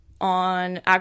on